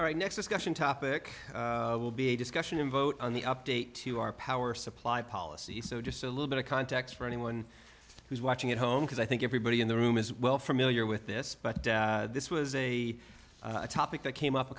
right next question topic will be a discussion in vote on the update to our power supply policy so just a little bit of context for anyone who's watching at home because i think everybody in the room is well familiar with this but this was a topic that came up a